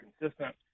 consistent